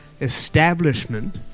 establishment